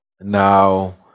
Now